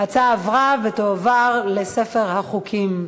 ההצעה עברה, ותועבר לספר החוקים.